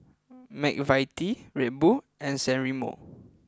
McVitie's Red Bull and San Remo